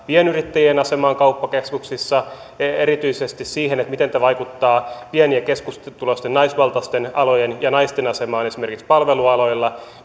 pienyrittäjien asemaan kauppakeskuksissa ja erityisesti siihen miten tämä vaikuttaa pieni ja keskituloisten naisvaltaisten alojen ja naisten asemaan esimerkiksi palvelualoilla